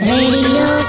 Radio